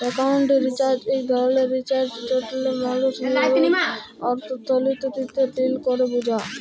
accounting research ইক ধরলের research যেটতে মালুস কিভাবে অথ্থলিতিতে ডিল ক্যরে বুঝা